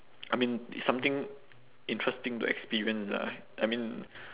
I mean something interesting to experience lah I mean